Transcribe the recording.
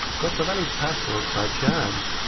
got a valid password by chance.